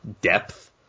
depth